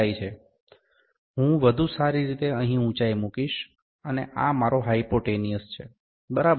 આ ઉંચાઇ છે હું વધુ સારી રીતે અહીં ઉંચાઇ મૂકીશ અને આ મારો હાઈપોટેનિયસ છે બરાબર